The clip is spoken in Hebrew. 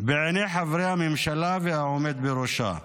בעיני חברי הממשלה והעומד בראשה.